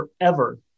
forever